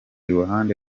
ruhande